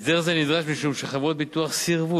הסדר זה נדרש משום שחברות ביטוח סירבו